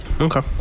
Okay